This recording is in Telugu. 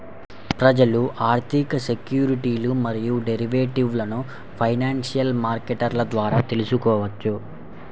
ప్రజలు ఆర్థిక సెక్యూరిటీలు మరియు డెరివేటివ్లను ఫైనాన్షియల్ మార్కెట్ల ద్వారా తెల్సుకోవచ్చు